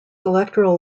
electoral